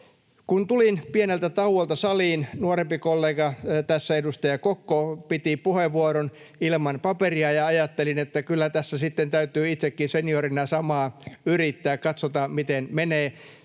Kun tulin pieneltä tauolta saliin, nuorempi kollega tässä, edustaja Kokko, piti puheenvuoron ilman paperia, ja ajattelin, että kyllä tässä sitten täytyy itsekin seniorina samaa yrittää — katsotaan, miten menee.